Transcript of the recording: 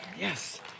Yes